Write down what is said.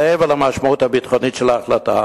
מעבר למשמעות הביטחונית של ההחלטה,